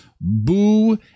boo